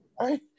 right